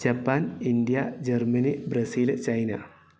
Japan India Germany Brazil China